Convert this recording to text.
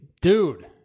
Dude